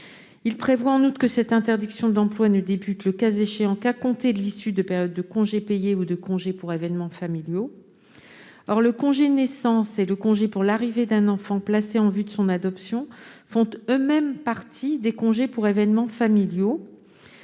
Il prévoit, en outre, que cette interdiction d'emploi ne débute, le cas échéant, qu'à compter de l'issue de la période de congés payés ou de congé pour événements familiaux. Or le congé de naissance et le congé pour l'arrivée d'un enfant placé en vue de son adoption font eux-mêmes partie des congés pour événements familiaux.